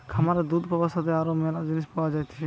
খামারে দুধ পাবার সাথে আরো ম্যালা জিনিস পাওয়া যাইতেছে